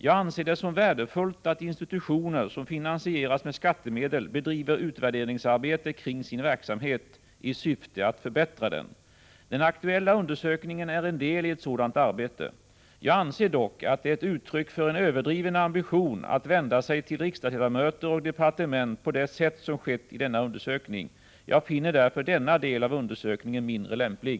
Jag anser det vara värdefullt att institutioner som finansieras med skattemedel bedriver utvärderingsarbete kring sin verksamhet i syfte att förbättra den. Den aktuella undersökningen är en del i ett sådant arbete. Jag anser dock att det är uttryck för en överdriven ambition att vända sig till riksdagsledamöter och departement på det sätt som skett i denna undersökning. Jag finner därför denna del av undersökningen mindre lämplig.